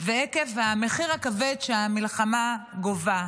ועקב המחיר הכבד שהמלחמה גובה.